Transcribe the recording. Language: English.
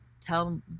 tell